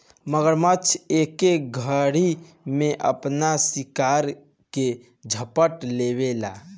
मगरमच्छ एके घरी में आपन शिकार के झपट लेवेला